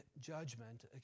judgment